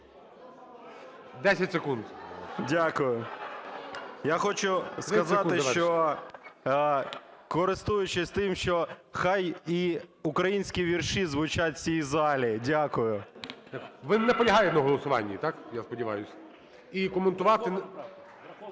Д.В. Дякую. Я хочу сказати, що, користуючись тим, що хай і українські вірші звучать в цій залі. Дякую. ГОЛОВУЮЧИЙ. Ви не наполягаєте на голосуванні, так, я сподіваюсь? І коментувати...